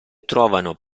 trovano